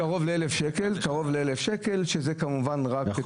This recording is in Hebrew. עלות של קרוב ל-1,000 שקל, וזה רק לדרכון זמני.